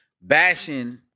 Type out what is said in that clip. bashing